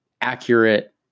accurate